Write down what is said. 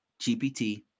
gpt